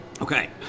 Okay